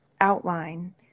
OUTLINE